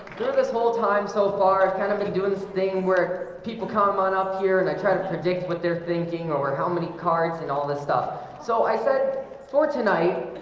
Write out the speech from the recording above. this whole time so far i've kind of been doing this thing where people come on up here and i try to predict what they're thinking or how many cards and all this stuff so i said for tonight.